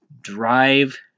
drive